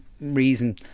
reason